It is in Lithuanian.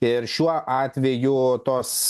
ir šiuo atveju tos